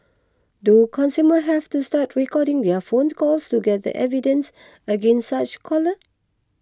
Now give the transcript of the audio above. do consumers have to start recording their phone calls to gather evidence against such callers